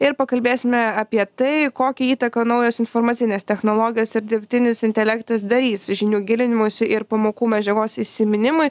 ir pakalbėsime apie tai kokią įtaką naujos informacinės technologijos ir dirbtinis intelektas darys žinių gilinimuisi ir pamokų medžiagos įsiminimui